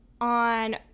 on